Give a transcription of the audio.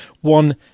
one